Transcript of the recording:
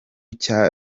cya